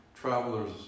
travelers